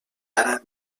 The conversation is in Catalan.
ara